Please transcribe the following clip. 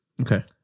Okay